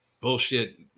bullshit